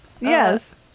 yes